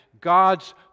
God's